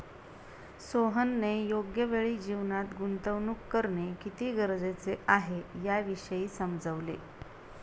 सोहनने योग्य वेळी जीवनात गुंतवणूक करणे किती गरजेचे आहे, याविषयी समजवले